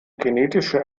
kinetischer